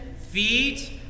feet